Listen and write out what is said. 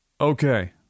okay